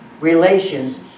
relations